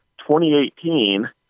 2018